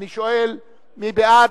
אני שואל, מי בעד?